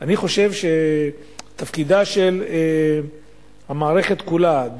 אני חושב שתפקידה של המערכת כולה,